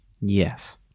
Yes